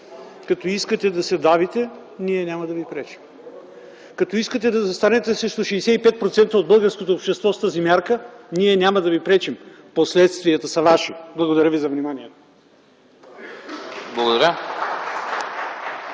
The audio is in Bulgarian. Като искате да се давите, ние няма да ви пречим! Като искате да застанете срещу 65 процента от българското общество с тази мярка – ние няма да ви пречим. Последствията са ваши! Благодаря за вниманието.